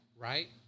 Right